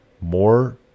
more